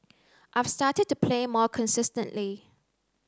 I've started to play more consistently